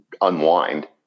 unwind